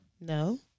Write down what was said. No